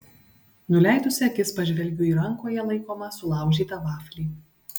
nuleidusi akis pažvelgiu į rankoje laikomą sulaužytą vaflį